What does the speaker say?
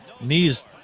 knees